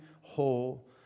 whole